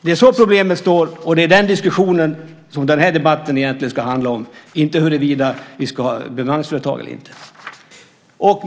Det är så problemet står, och det är den diskussionen som den här debatten egentligen ska handla om, inte huruvida vi ska ha bemanningsföretag eller inte.